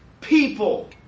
people